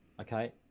Okay